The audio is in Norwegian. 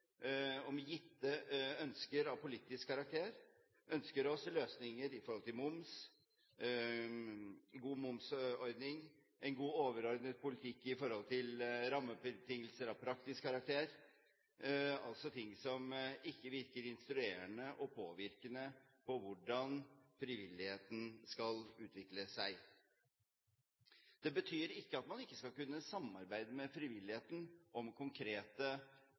om gitte ønsker av politisk karakter, ønsker oss løsninger for en god momsordning og en god overordnet politikk for rammebetingelser av praktisk karakter, altså ting som ikke virker instruerende og påvirkende for hvordan frivilligheten skal utvikle seg. Det betyr ikke at man ikke skal kunne samarbeide med frivilligheten om konkrete